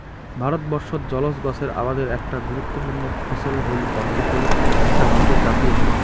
ভারতবর্ষত জলজ গছের আবাদের একটা গুরুত্বপূর্ণ ফছল হইল পদ্মফুল যা ভারতের জাতীয় ফুল